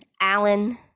Allen